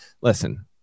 listen